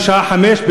בשעה 17:00,